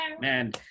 Man